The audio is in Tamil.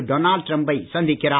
டொனால்ட் ட்ரம்பை சந்திக்கிறார்